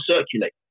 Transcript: circulate